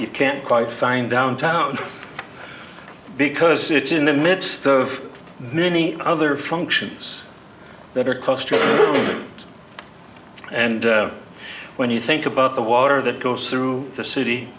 you can't quite find downtown because it's in the midst of many other functions that are close to it and when you think about the water that goes through the city